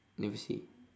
never say